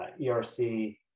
ERC